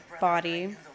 body